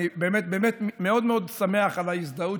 אני באמת באמת מאוד מאוד שמח על ההזדהות